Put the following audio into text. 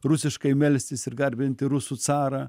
rusiškai melstis ir garbinti rusų carą